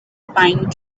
pine